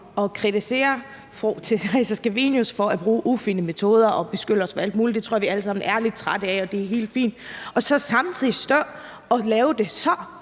og kritiserer fru Theresa Scavenius for at bruge ufine metoder og beskylder os for alt muligt – det tror jeg at vi alle sammen er lidt trætte af, og det er helt fint – og samtidig står og gør det så